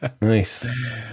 Nice